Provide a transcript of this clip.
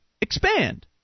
expand